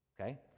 Okay